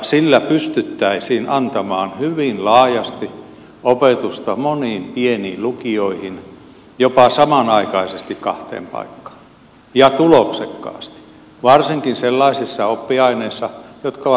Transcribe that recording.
sillä pystyttäisiin antamaan hyvin laajasti opetusta moniin pieniin lukioihin jopa samanaikaisesti kahteen paikkaan ja tuloksekkaasti varsinkin sellaisissa oppiaineissa jotka ovat harvinaisempia